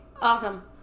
Awesome